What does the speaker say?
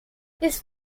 his